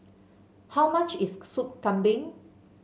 how much is Soup Kambing